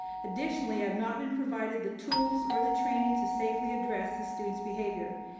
additionally, i have not been provided the tools or the training to safely address the student's behavior.